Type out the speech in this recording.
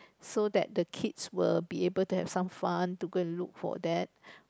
so that the kids will be able to have some fun to go and look for that